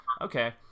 okay